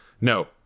No